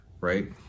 right